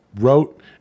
wrote